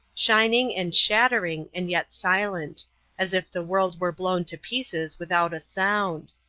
shining and shattering and yet silent as if the world were blown to pieces without a sound.